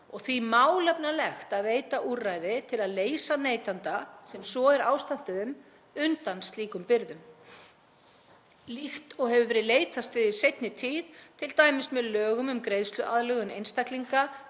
er því málefnalegt að veita úrræði til að leysa neytanda í þeirri stöðu undan slíkum byrðum, líkt og hefur verið leitast við í seinni tíð, t.d. með lögum um greiðsluaðlögun einstaklinga,